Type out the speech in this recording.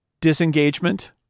disengagement